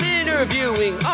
interviewing